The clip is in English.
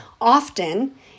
often